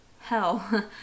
hell